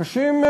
קשים,